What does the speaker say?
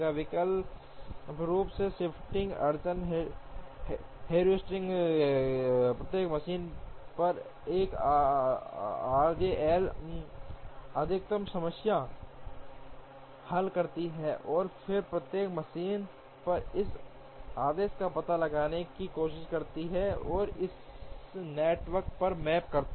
वैकल्पिक रूप से शिफ्टिंग अड़चन हेयुरिस्टिक प्रत्येक मशीन पर 1 आरजे एल अधिकतम समस्या हल करती है और फिर प्रत्येक मशीन पर इस आदेश का पता लगाने की कोशिश करती है और इसे नेटवर्क पर मैप करती है